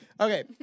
Okay